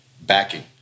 backing